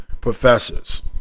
professors